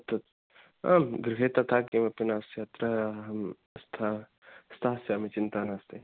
तत् आम् गृहे तथा किमपि नास्ति अत्र अहं स्था स्थास्यामि चिन्ता नास्ति